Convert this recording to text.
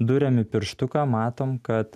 duriam į pirštuką matom kad